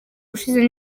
ushize